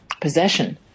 possession